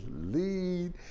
lead